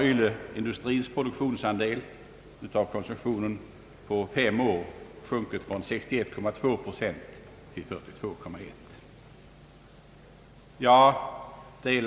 Ylleindustrins andel i konsumtionen har, som nyss sades, på fem år sjunkit från 61,2 till 42,1 procent.